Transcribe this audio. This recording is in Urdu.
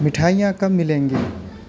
مٹھائیاں کب ملیں گی